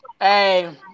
Hey